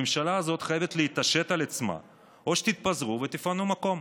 הממשלה הזאת חייבת להתעשת, או שתתפזרו ותפנו מקום.